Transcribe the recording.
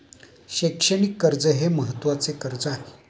शैक्षणिक कर्ज हे महत्त्वाचे कर्ज आहे